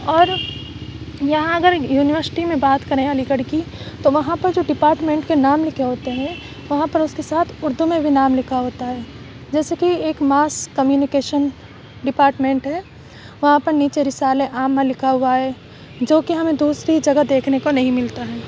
اور یہاں اگر یونیورسٹی میں بات کریں علی گڑھ کی تو وہاں پر جو ڈپارٹمنٹ کے نام لکھے ہوتے ہیں وہاں پر اس کے ساتھ اردو میں بھی نام لکھا ہوتا ہے جیسے کہ ایک ماس کمیونیکیشن ڈپارٹمنٹ ہے وہاں پر نیچے رسالہ عامہ لکھا ہوا ہے جو کہ ہمیں دوسری جگہ دیکھنے کو نہیں ملتا ہے